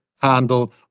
Handle